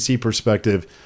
perspective